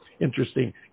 Interesting